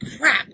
crap